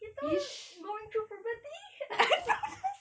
gitu going through puberty